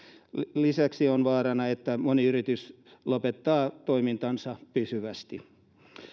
lisäksi on vaarana että moni yritys lopettaa toimintansa pysyvästi